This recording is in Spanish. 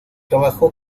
trabajó